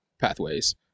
pathways